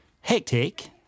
hectic